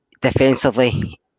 Defensively